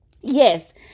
Yes